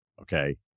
okay